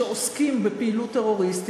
שעוסקים בפעילות טרוריסטית,